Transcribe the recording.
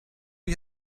you